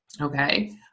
Okay